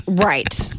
Right